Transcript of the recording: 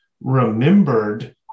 remembered